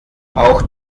auch